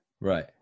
Right